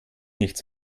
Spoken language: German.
nichts